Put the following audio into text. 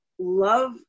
love